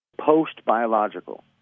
post-biological